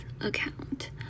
account